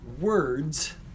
words